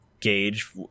gauge